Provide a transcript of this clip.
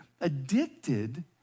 addicted